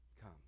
Come